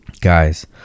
Guys